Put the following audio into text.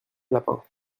lapins